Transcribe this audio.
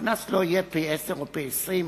הקנס לא יהיה פי-10 או פי-20,